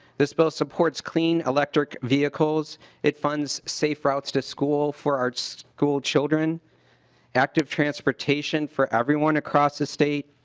this bill supports clean electric vehicles it funds safe routes to school for our school children active transportation for everyone across the state.